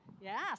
Yes